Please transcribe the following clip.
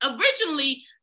originally